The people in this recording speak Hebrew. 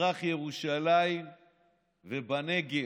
במזרח ירושלים ובנגב,